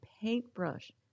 paintbrush